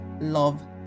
love